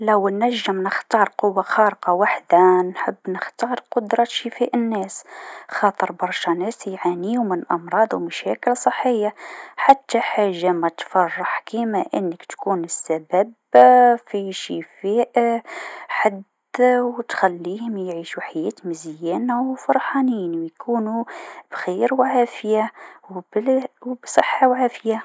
لو نجم نختار قوه خارقه وحدا، نحب نختار قدرة شفاء الناس خاطر برشا ناس يعانيو من أمراض و مشاكل صحية حتى حاجه متفرح كيما تكون أنك السبب في شفاء حد و تخليهم يعيشو حياة مزيانه و فرحانين و يكونو بخير و بعافيه وبال- و بصحه و عافيه.